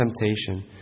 temptation